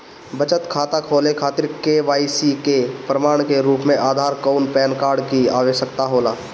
बचत खाता खोले खातिर के.वाइ.सी के प्रमाण के रूप में आधार आउर पैन कार्ड की आवश्यकता होला